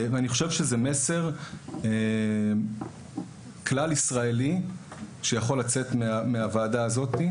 אני חושב שזה מסר כלל ישראלי שיכול לצאת מהוועדה הזאת,